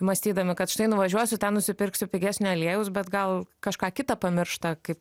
mąstydami kad štai nuvažiuosiu ten nusipirksiu pigesnio aliejaus bet gal kažką kitą pamiršta kai